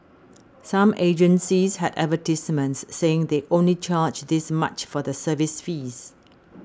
some agencies had advertisements saying they only charge this much for the service fees